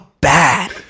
bad